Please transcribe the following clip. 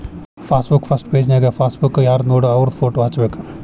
passbook first ಪೆಜನ್ಯಾಗ passbook ಯಾರ್ದನೋಡ ಅವ್ರ ಫೋಟೋ ಹಚ್ಬೇಕ್